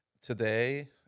today